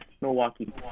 Milwaukee